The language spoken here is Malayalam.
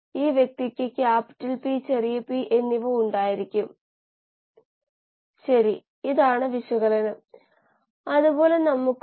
അതിനാൽ ഇത് അടിസ്ഥാനപരവുമായ ആശയമാണ്